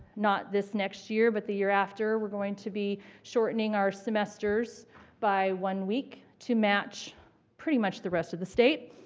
not this next year, but the year after, we're going to be shortening our semesters by one week to match pretty much the rest of the state.